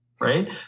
right